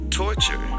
Torture